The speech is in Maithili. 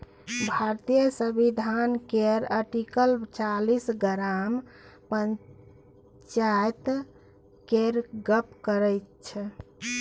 भारतीय संविधान केर आर्टिकल चालीस ग्राम पंचायत केर गप्प करैत छै